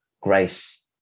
grace